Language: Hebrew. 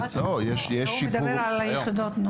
הוא מדבר על היחידות.